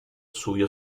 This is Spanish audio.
subió